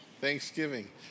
Thanksgiving